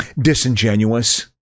Disingenuous